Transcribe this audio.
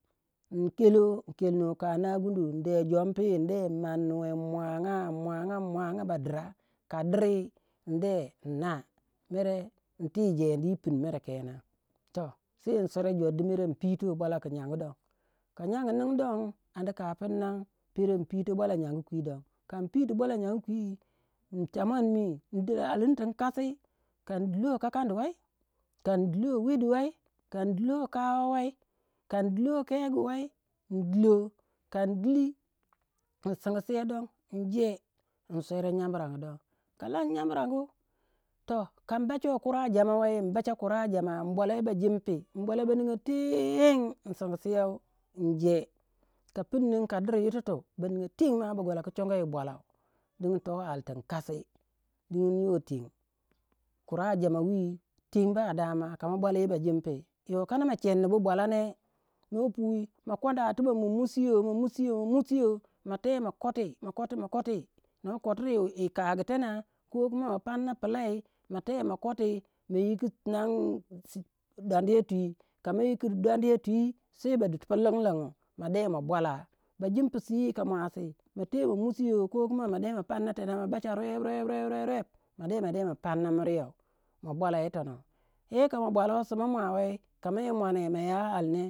In kelo in kelnuwe kanagudu in de jompi in de manuwe in muanga in muanga in muanga ba dira, ka diri in de in naa mere in ti jendi yi pinu mere kenan to sei in suwa jor di in pituwe bwalau ki nyangu don, ka nyangu ningi don ana kapun nan pero in pito bwala nyangu in cha muon mi in dilo ali ti in nkasi ka in dilo kakandi wei ka in dilo wedi wei ka in dilo kawa wei ka in dilo kegu wei in dilo ka in dili in siguseu don in je in swera nyanbrangu. Kan lan nyambrangu toh ka in bachuwe kura jama wei in mbacha kwura jama in bwalah yi bajimpi in bwalah ba ninga teng in, singuseu in je ka pun ningi ba duri yitutu ba ninga teng ma ba gwala ku chongo yi bwalau dingin toh ali tin in kasi digin yoh teng kura jama wi ten badama ka ma bwali yi bajimpi, yoh kana ma chennu bu bwalau ne noh puyi ma kwanda tibak ma musiyo, ma musiyo, ma musiyo ma te ma koti, ma koti, ma koti noh kotiri yi kagu tena ko kuma ma panna pilai ma te ma koti ma yiki tinang tsrr dwandiye twi ka ma yikir dwandiye twi sei ba du pu lingling ma de ma bwala. bajimpi sui yika muasi ma te ma musiyo ko kuma ma de ma panna tenah ma bacha rep rep rep. ma de ma de ma panna miriyou ma bwala yitonoh ye ka ma bwalou suma mua wei ka moi muone ma ya ali ne.